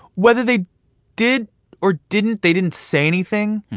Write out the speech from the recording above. whether they did or didn't, they didn't say anything,